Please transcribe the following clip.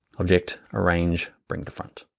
object arrange, bring to front.